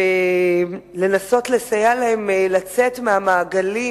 ולנסות לסייע להן לצאת מהמעגלים